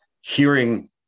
hearing